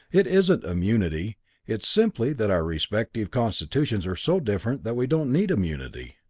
it isn't immunity it's simply that our respective constitutions are so different that we don't need immunity.